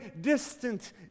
distant